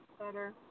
Better